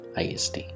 IST